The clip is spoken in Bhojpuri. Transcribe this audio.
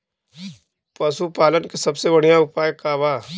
पशु पालन के सबसे बढ़ियां उपाय का बा?